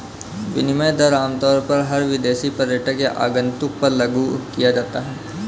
विनिमय दर आमतौर पर हर विदेशी पर्यटक या आगन्तुक पर लागू किया जाता है